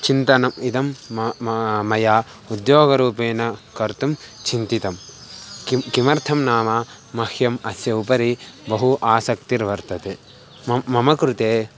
चिन्तनम् इदं मम मया मया उद्योगरूपेण कर्तुं चिन्तितं किं किमर्थं नाम मह्यम् अस्य उपरि बहु आसक्तिर्वर्तते मम मम कृते